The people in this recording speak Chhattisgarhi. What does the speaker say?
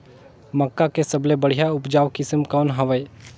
मक्का के सबले बढ़िया उपजाऊ किसम कौन हवय?